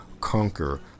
conquer